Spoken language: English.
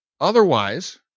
otherwise